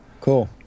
Cool